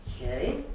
Okay